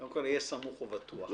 קודם כול, תהיה סמוך ובטוח שכן.